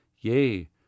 yay